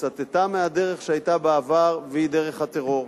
סטתה מהדרך שהיתה בעבר, והיא דרך הטרור,